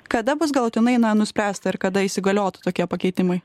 kada bus galutinai na nuspręsta ir kada įsigaliotų tokie pakeitimai